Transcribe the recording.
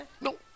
No